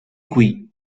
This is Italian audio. qui